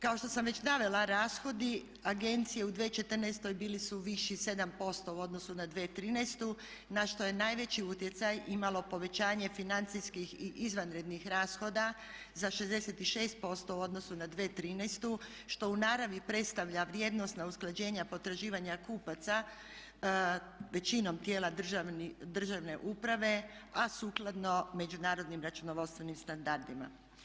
Kao što sam već navela rashodi agencije u 2014. bili su viši 7% u odnosu na 2013. na što je najveći utjecaj imalo povećanje financijskih i izvanrednih rashoda za 66% u odnosu na 2013. što u naravi predstavlja vrijednosna usklađenja potraživanja kupaca većinom tijela državne uprave, a sukladno međunarodnim računovodstvenim standardima.